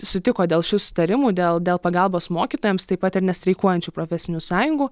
sutiko dėl šių sutarimų dėl dėl pagalbos mokytojams taip pat ir nestreikuojančių profesinių sąjungų